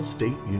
State